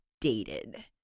dated